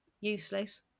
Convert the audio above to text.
Useless